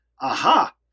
Aha